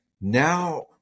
now